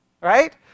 right